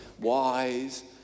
wise